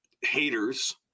haters